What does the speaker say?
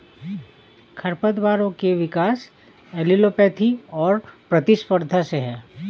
खरपतवारों के विकास एलीलोपैथी और प्रतिस्पर्धा से है